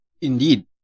Indeed